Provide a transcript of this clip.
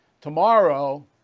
tomorrow